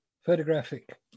photographic